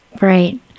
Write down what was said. right